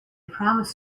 promised